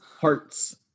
Hearts